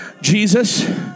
Jesus